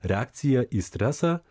reakcija į stresą